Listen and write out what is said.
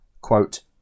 quote